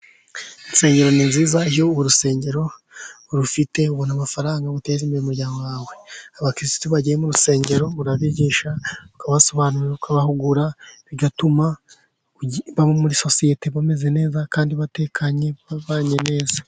Insengero ni nziza, iyo urusengero urufite ubona amafaranga yo guteza imbere umuryango wawe, abakirisitu bagiye mu rusengero urabigisha ukabasobanurira ukabahugura, bigatuma baba muri sosiyete bameze neza kandi batekanye babanye neza.